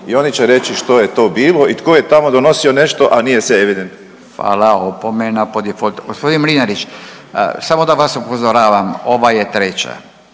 i oni će reći što je to bilo i tko je tamo donosio nešto, a nije se … **Radin, Furio (Nezavisni)** Hvala. Opomena po difoltu. Gospodin Mlinarić samo da vas upozoravam ova je treća